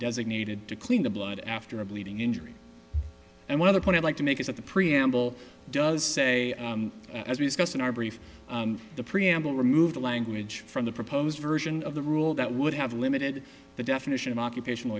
designated to clean the blood after a bleeding injury and one other point i'd like to make is that the preamble does say as we discussed in our brief the preamble remove the language from the proposed version of the rule that would have limited the definition of occupational